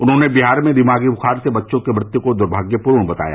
उन्होंने बिहार में दिमागी बुखार से बच्चों की मृत्य को द्भाग्यपूर्ण बताया